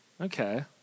Okay